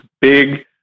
big